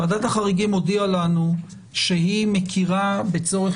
ועדת החריגים הודיעה לנו שהיא מכירה בצורך